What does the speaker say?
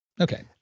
Okay